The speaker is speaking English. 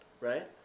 right